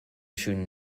schönen